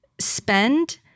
spend